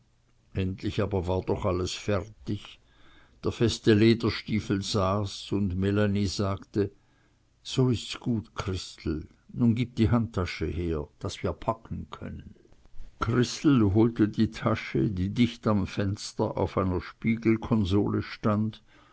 endlich aber war doch alles fertig der feste lederstiefel saß und melanie sagte so ist's gut christel und nun gib die handtasche her daß wir packen können christel holte die tasche die dicht am fenster auf einer spiegelkonsole stand